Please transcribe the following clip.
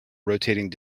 rotating